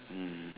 um